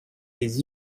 des